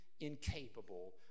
incapable